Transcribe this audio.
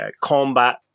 combat